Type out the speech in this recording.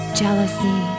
jealousy